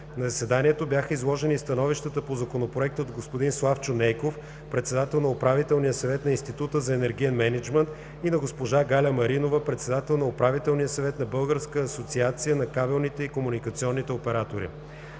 На заседанието бяха изложени и становищата по Законопроекта от господин Славчо Нейков – председател на Управителния съвет на Института за енергиен мениджмънт, и на госпожа Галя Маринова – председател на Управителния съвет на Българска асоциация на кабелните и комуникационните оператори